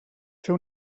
fer